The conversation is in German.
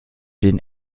den